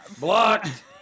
Blocked